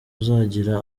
uzagira